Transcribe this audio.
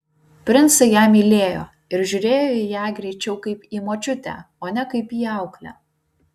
princai ją mylėjo ir žiūrėjo į ją greičiau kaip į močiutę o ne kaip į auklę